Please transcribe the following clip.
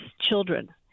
children